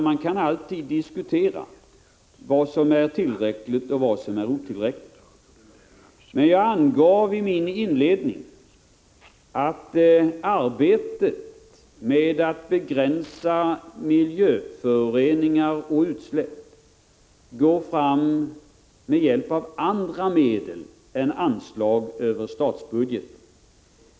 Man kan alltid diskutera vad som är tillräckligt och otillräckligt. Men jag angav i min inledning att arbetet med att begränsa miljöföroreningar och utsläpp går fram med hjälp av andra medel än anslag över statsbudgeten.